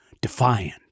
defiant